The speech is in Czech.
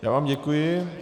Já vám děkuji.